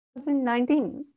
2019